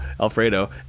Alfredo